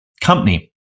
company